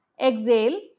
exhale